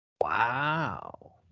Wow